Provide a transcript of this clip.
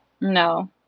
No